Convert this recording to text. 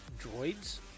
droids